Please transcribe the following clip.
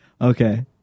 Okay